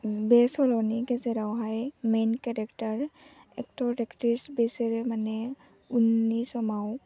बे सल'नि गेजेरावहाय मेइन केरेक्टार एक्ट'र एकस्ट्रिस बेसोरो माने उननि समाव